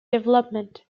development